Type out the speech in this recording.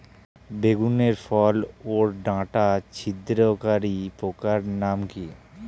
বেগুনের ফল ওর ডাটা ছিদ্রকারী পোকার নাম কি?